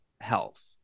health